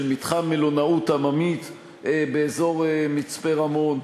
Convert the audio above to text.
של מתחם מלונאות עממית באזור מצפה-רמון,